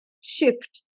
shift